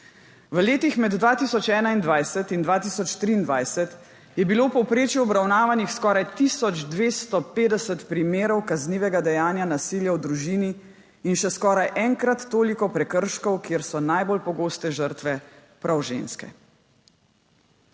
V letih med 2021 in 2023 je bilo v povprečju obravnavanih skoraj tisoč 250 primerov kaznivega dejanja nasilja v družini in še skoraj enkrat toliko prekrškov, kjer so najbolj pogoste žrtve prav ženske.